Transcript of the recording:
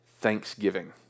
Thanksgiving